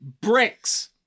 Bricks